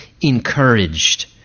encouraged